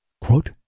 Quote